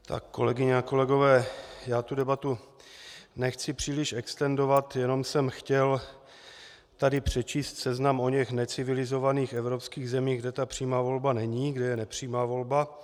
Tak, kolegyně a kolegové, já tu debatu nechci příliš extendovat, jenom jsem chtěl tady přečíst seznam oněch necivilizovaných evropských zemí, kde ta přímá volba není, kde je nepřímá volba.